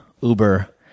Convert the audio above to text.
Uber